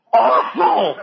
awful